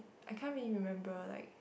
I can't really remember like